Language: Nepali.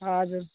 हजुर